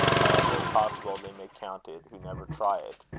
however impossible they may count it who never try it,